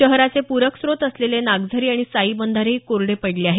शहराचे पूरक स्त्रोत असलेले नागझरी आणि साईबंधारेही कोरडे पडले आहेत